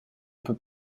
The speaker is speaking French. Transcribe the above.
peux